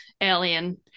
alien